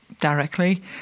directly